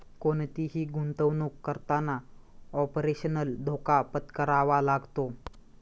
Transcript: कोणतीही गुंतवणुक करताना ऑपरेशनल धोका पत्करावा लागतो